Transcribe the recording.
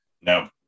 No